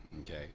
okay